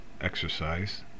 exercise